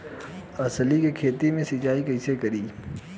अलसी के खेती मे सिचाई कइसे करी?